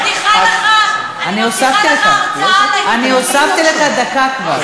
אני מבטיחה לך הרצאה, אני הוספתי לך דקה כבר.